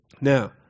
now